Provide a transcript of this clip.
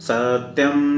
Satyam